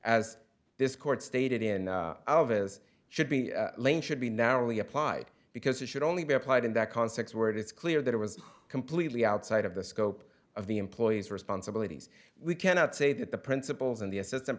as this court stated in alva's should be should be narrowly applied because it should only be applied in that context where it is clear that it was completely outside of the scope of the employee's responsibilities we cannot say that the principles and the assistant